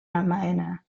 ramayana